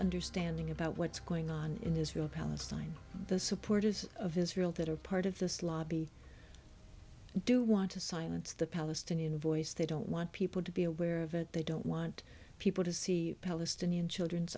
understanding about what's going on in the israel palestine the supporters of israel that are part of this lobby do want to silence the palestinian voice they don't want people to be aware of it they don't want people to see palestinian children's